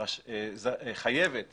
חייבת